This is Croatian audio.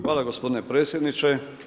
Hvala gospodine predsjedniče.